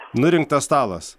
nurinktas stalas